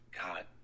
God